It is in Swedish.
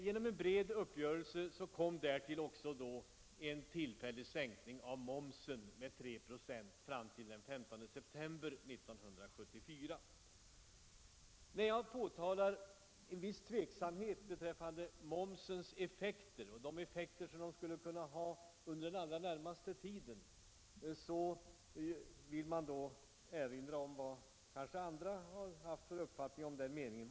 Genom en bred uppgörelse kom därtill också en tillfällig sänkning av momsen med 3 94 att genomföras för tiden fram till den 15 september 1974. När jag redovisar ett visst tvivel beträffande de effekter som åtgärder avseende momsen skulle kunna ha för bl.a. den allra närmaste tiden, pekar man på hur denna inställning har uppfattats på annat håll.